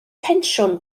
pensiwn